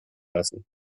lassen